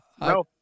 No